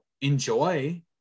enjoy